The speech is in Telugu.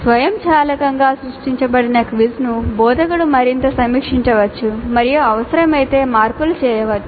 స్వయంచాలకంగా సృష్టించబడిన క్విజ్ను బోధకుడు మరింత సమీక్షించవచ్చు మరియు అవసరమైతే మార్పులు చేయవచ్చు